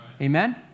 Amen